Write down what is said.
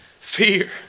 Fear